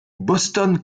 boston